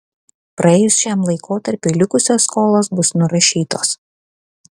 praėjus šiam laikotarpiui likusios skolos bus nurašytos